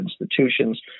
institutions